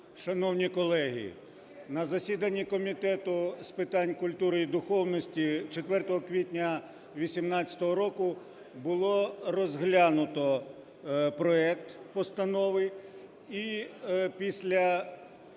Шановні колеги, на засіданні Комітету з питань культури і духовності 4 квітня 2018 року було розглянуто проект Постанови, і після